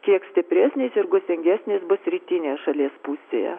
kiek stipresnis ir gūsingesnis bus rytinėje šalies pusėje